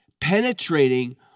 penetrating